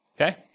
okay